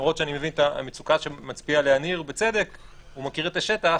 למרות שאני מבין את המצוקה שמצביע עליה ניר בצדק - הוא מכיר את השטח